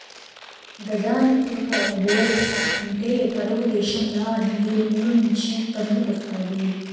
గజానికి ఒక బోరేస్తా ఉంటే కరువు దేశంల నీరేడ్నుంచి తన్నుకొస్తాది